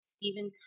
Stephen